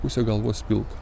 pusę galvos pilka